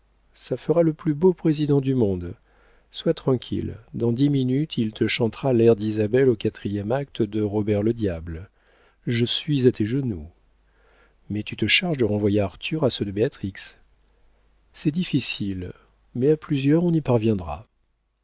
ça fera le plus beau président du monde sois tranquille dans dix minutes il te chantera l'air d'isabelle au quatrième acte de robert le diable je suis à tes genoux mais tu te charges de renvoyer arthur à ceux de béatrix c'est difficile mais à plusieurs on y parviendra